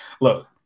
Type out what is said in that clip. look